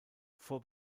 vor